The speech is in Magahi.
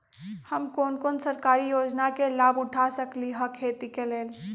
हम कोन कोन सरकारी योजना के लाभ उठा सकली ह खेती के लेल?